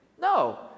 No